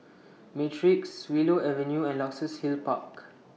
Matrix Willow Avenue and Luxus Hill Park